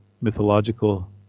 mythological